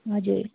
हजुर